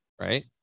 right